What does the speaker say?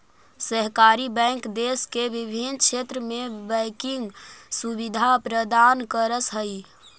सहकारी बैंक देश के विभिन्न क्षेत्र में बैंकिंग सुविधा प्रदान करऽ हइ